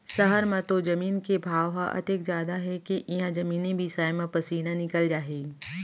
सहर म तो जमीन के भाव ह अतेक जादा हे के इहॉं जमीने बिसाय म पसीना निकल जाही